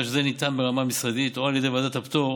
הרי זה ניתן ברמה משרדית או על ידי ועדת הפטור